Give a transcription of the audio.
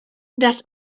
dass